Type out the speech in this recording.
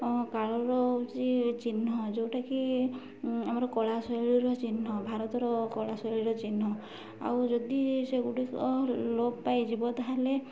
କାଳର ହେଉଛି ଚିହ୍ନ ଯେଉଁଟାକି ଆମର କଳା ଶୈଳୀର ଚିହ୍ନ ଭାରତର କଳା ଶୈଳୀର ଚିହ୍ନ ଆଉ ଯଦି ସେଗୁଡ଼ିକ ଲୋପ ପାଇଯିବ ତା'ହେଲେ